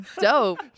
dope